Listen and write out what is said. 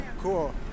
Cool